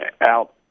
out